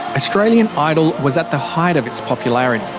australian idol was at the height of its popularity,